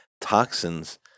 toxins